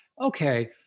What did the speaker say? okay